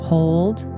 Hold